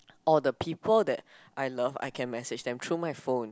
or the people that I love I can message them through my phone